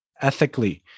ethically